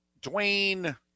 Dwayne